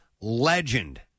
legend